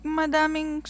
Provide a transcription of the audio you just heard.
madaming